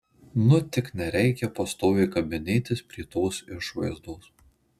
nu tik nereikia pastoviai kabinėtis prie tos išvaizdos